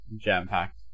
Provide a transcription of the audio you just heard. jam-packed